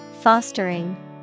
Fostering